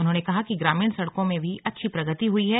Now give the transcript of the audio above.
उन्होंने कहा कि ग्रामीण सड़कों में भी अच्छी प्रगति हुई है